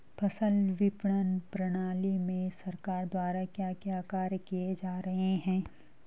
फसल विपणन प्रणाली में सरकार द्वारा क्या क्या कार्य किए जा रहे हैं?